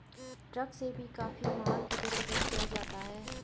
truck से भी काफी माल इधर उधर किया जाता है